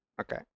Okay